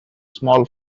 small